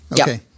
Okay